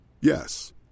Yes